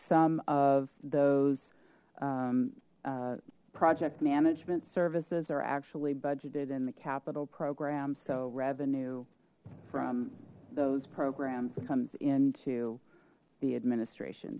some of those project management services are actually budgeted in the capital program so revenue from those programs comes into the administration